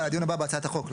הדיון הבא בהצעת החוק.